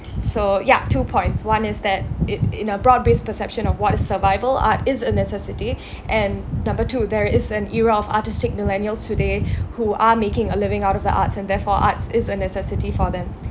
so ya two points one is that it in a broad-based perception of what survival art is a necessity and number two there is an era of artistic millennials today who are making a living out of the arts and therefore arts is a necessity for them